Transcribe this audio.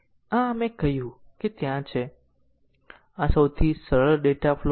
સામાન્ય રીતે કંપનીઓને જરૂરી છે કે કોડ 10 McCabe મેટ્રિકથી ઓછો હોય